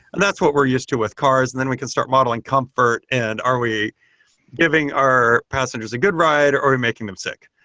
and that's what we're used to with cars, and then we can start modeling comfort and are we giving our passengers a good ride or are we making them sick?